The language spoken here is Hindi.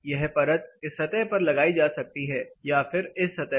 यह परत इस सतह पर लगाई जा सकती है या फिर इस सतह पर